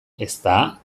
ezta